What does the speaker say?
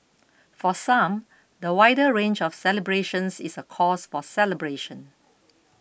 for some the wider range of celebrations is a cause for celebration